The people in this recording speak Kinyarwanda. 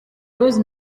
rose